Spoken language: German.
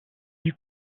die